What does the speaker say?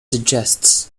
suggests